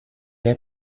est